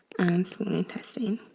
and small intestine.